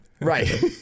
Right